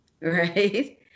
right